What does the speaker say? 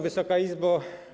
Wysoka Izbo!